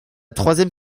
troisième